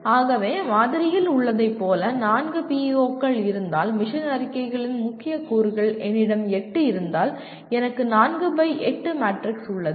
ஆகவே மாதிரியில் உள்ளதைப் போல நான்கு PEO க்கள் இருந்தால் மிஷன் அறிக்கைகளின் முக்கிய கூறுகள் என்னிடம் 8 இருந்தால் எனக்கு 4 பை 8 மேட்ரிக்ஸ் உள்ளது